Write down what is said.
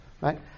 right